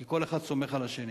כי כל אחד סומך על השני.